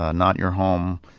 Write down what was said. ah not your home,